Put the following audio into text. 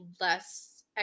less